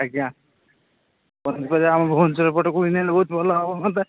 ଆଜ୍ଞା ପନିପରିବା ଆମ ଭୁବନେଶ୍ୱର ପଟକୁ ହେଲେ ବହୁତ ଭଲ ହୁଅନ୍ତା